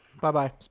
Bye-bye